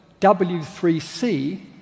W3C